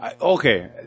Okay